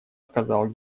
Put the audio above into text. сказал